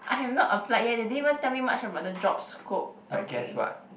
I have not applied yet they didn't even tell me much about the job scope okay